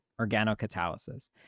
organocatalysis